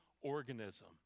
organism